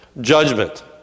judgment